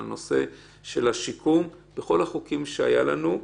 הנושא של השיקום בכל החוקים שהיו לנו.